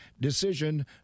decision